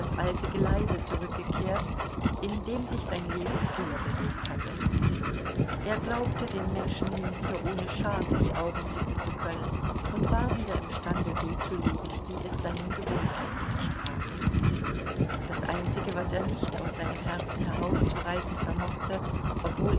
alte geleise zurückgekehrt in dem sich sein leben früher bewegt hatte er glaubte den menschen nun wieder ohne scham in die augen blicken zu können und war wieder imstande so zu leben wie es seinen gewohnheiten entsprach das einzige was er nicht aus seinem herzen herauszureißen vermochte obwohl